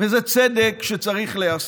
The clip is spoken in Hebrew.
וזה צדק שצריך להיעשות,